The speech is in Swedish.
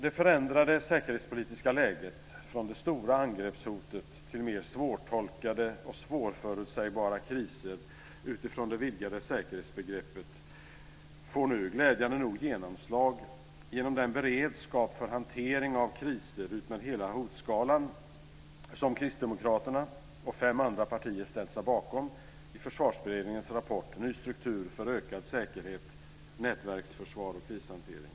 Det förändrade säkerhetspolitiska läget från det stora angreppshotet till mer svårtolkade och svårförutsägbara kriser utifrån det vidgade säkerhetsbegreppet får nu glädjande nog genomslag genom den beredskap för hantering av kriser utmed hela hotskalan som Kristdemokraterna och fem andra partier har ställt sig bakom i Försvarsberedningens rapport Ny struktur för ökad säkerhet - nätverksförsvar och krishantering.